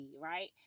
right